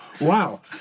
Wow